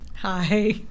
Hi